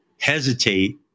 hesitate